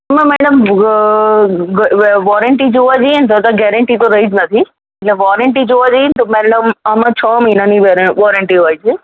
તો madam warranty જોવા જઇએ ને તો તો ગૅરંટી તો રહી જ નથી એટલે વૉરંટી જોવા જઇએ ને તો મૅડમ આમાં છ મહિનાની વેરં વૉરંટી હોય છે